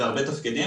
והרבה תפקידים,